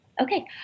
Okay